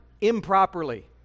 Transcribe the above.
improperly